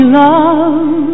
love